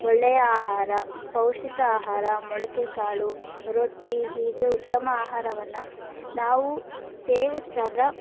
ಒಳ್ಳೆಯ ಆಹಾರ ಪೌಷ್ಟಿಕ ಆಹಾರ ಮೊಳಕೆ ಕಾಳು ರೊಟ್ಟಿ ಹೀಗೆ ಉತ್ತಮ ಆಹಾರವನ್ನು ನಾವು ಸೇವಿಸಿದಾಗ